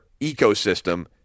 ecosystem